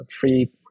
free